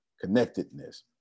connectedness